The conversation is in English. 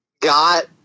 got